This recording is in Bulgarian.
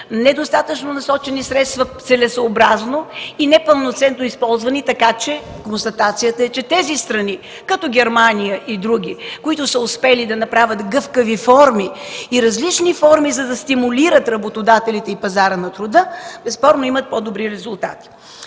недостатъчно насочени средства целесъобразно и непълноценно използвани, така че констатацията е, че тези страни като Германия и други, които са успели да направят гъвкави форми и различни форми, за да стимулират работодателите и пазара на труда, безспорно имат по-добри резултати.